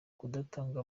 kudatanga